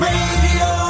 Radio